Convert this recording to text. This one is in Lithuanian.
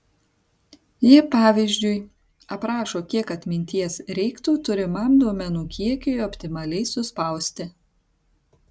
ji pavyzdžiui aprašo kiek atminties reiktų turimam duomenų kiekiui optimaliai suspausti